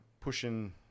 pushing